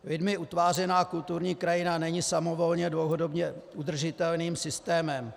Lidmi utvářená kulturní krajina není samovolně dlouhodobě udržitelným systémem.